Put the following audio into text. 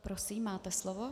Prosím, máte slovo.